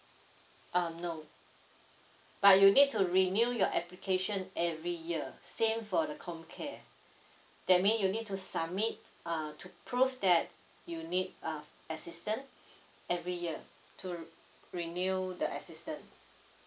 um no but you need to renew your application every year same for the com care that mean you need to submit uh to prove that you need uh assistant every year to renew the assistant